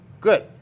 good